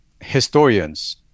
Historians